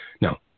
Now